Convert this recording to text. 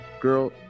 Girl